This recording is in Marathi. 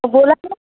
बोला की